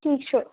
ٹھیٖک چھُ